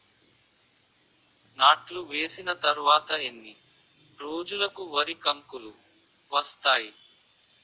నాట్లు వేసిన తర్వాత ఎన్ని రోజులకు వరి కంకులు వస్తాయి?